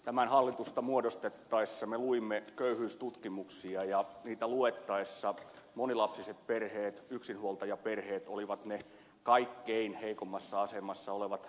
tätä hallitusta muodostettaessa me luimme köyhyystutkimuksia ja niitä luettaessa monilapsiset perheet yksinhuoltajaperheet olivat ne kaikkein heikoimmassa asemassa olevat lapsiperheryhmät